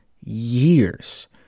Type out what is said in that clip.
years